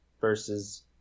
versus